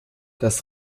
das